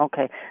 Okay